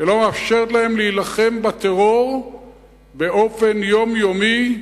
ולא מאפשרת להם להילחם בטרור באופן יומיומי,